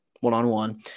one-on-one